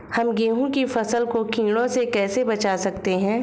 हम गेहूँ की फसल को कीड़ों से कैसे बचा सकते हैं?